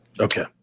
okay